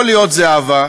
יכול להיות, זהבה,